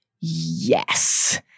yes